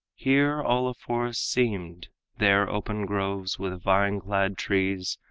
here all a forest seemed there open groves, with vine-clad trees,